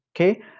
okay